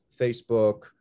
Facebook